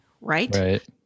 right